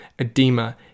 edema